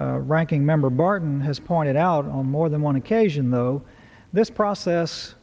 as ranking member barton has pointed out on more than one occasion though this process